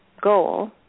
goal